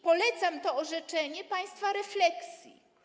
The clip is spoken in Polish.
Polecam to orzeczenie państwa refleksji.